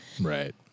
Right